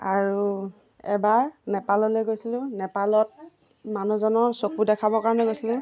আৰু এবাৰ নেপাললৈ গৈছিলোঁ নেপালত মানুহজনৰ চকু দেখাবৰ কাৰণে গৈছিলোঁ